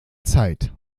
zeit